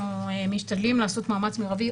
אנחנו משתדלים לעשות מאמץ מרבי,